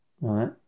right